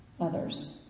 others